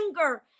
anger